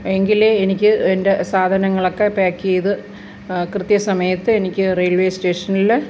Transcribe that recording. എങ്കിലെ എനിക്ക് എൻ്റെ സാധനങ്ങളക്കെ പാക്ക് ചെയ്ത കൃത്യസമയത്തെനിക്ക് റെയിൽവേ സ്റ്റേഷനിൽ